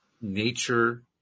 nature